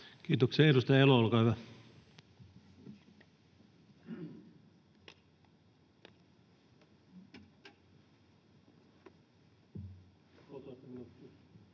Kiitoksia. — Edustaja Elo, olkaa hyvä. [Speech